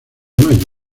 mayo